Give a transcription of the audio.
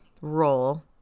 roll